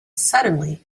suddenly